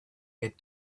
had